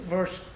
Verse